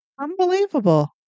Unbelievable